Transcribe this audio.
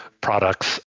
products